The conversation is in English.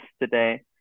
today